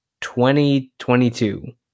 2022